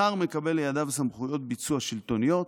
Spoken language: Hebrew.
שר מקבל לידיו סמכויות ביצוע שלטוניות.